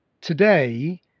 today